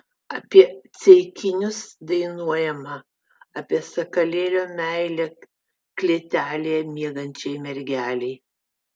apie ceikinius dainuojama apie sakalėlio meilę klėtelėje miegančiai mergelei